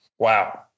Wow